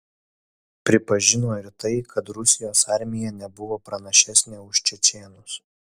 pripažino ir tai kad rusijos armija nebuvo pranašesnė už čečėnus